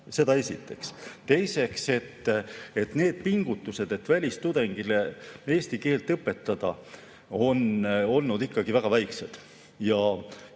Seda esiteks. Teiseks, need pingutused, et välistudengile eesti keelt õpetada, on ikkagi olnud väga väikesed ja